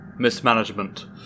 Mismanagement